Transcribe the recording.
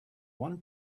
one